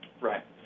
Right